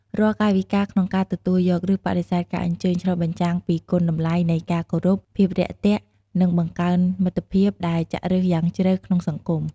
រាល់កាយវិការក្នុងការទទួលយក ឬបដិសេធការអញ្ជើញ ឆ្លុះបញ្ចាំងពីគុណតម្លៃនៃការគោរព ភាពរាក់ទាក់ និងបង្កើនមិត្តភាពដែលចាក់ឫសយ៉ាងជ្រៅក្នុងសង្គម។